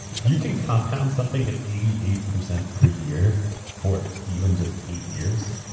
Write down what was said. if you can compound something at eighty eight percent per year for even just eight years,